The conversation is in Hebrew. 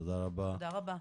תודה רבה.